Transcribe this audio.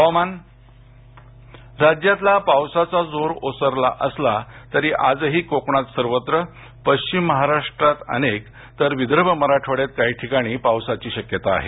हवामान राज्यातला पावसाचा जोर ओसरला असला तरी आजही कोकणात सर्वत्र पश्चिम महाराष्ट्रात अनेक तर विदर्भ मराठवाड्यात काही ठिकाणी पावसाची सक्यता आहे